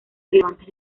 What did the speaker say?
relevantes